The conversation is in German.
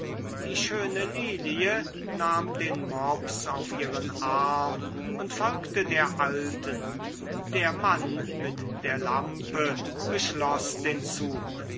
die schöne lilie nahm den mops auf ihren arm und folgte der alten der mann mit der lampe beschloß den zug